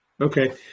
Okay